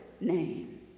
name